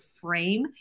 frame